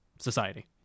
society